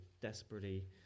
desperately